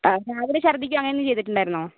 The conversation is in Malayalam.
രാവിലെ ശർദ്ദിക്കുകയോ അങ്ങനെ എന്തേലും ചെയ്തിട്ടുണ്ടായിരുന്നോ